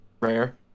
Rare